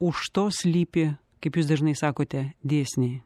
už to slypi kaip jūs dažnai sakote dėsniai